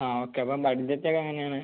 ആ ഓക്കെ അപ്പം ബഡ്ജറ്റൊക്കെ എങ്ങനെയാണ്